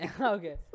Okay